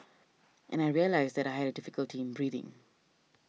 and I realised that I had difficulty in breathing